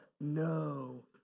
no